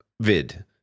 vid